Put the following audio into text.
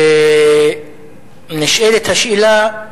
נשאלת השאלה,